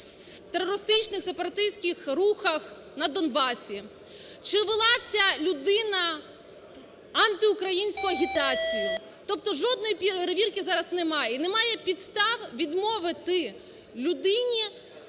терористичних, сепаратистських рухах на Донбасі, чи вела ця людина антиукраїнську агітацію. Тобто жодної перевірки зараз немає і немає підстав відмовити людині,